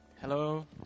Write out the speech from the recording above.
Hello